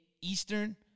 Eastern